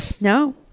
No